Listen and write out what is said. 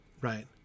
right